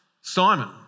Simon